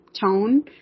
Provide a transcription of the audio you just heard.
tone